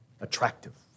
attractive